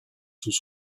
sous